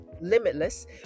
Limitless